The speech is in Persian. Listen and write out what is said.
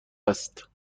است